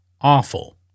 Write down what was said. awful